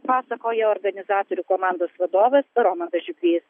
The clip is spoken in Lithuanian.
pasakoja organizatorių komandos vadovas romandas žiubrys